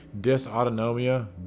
dysautonomia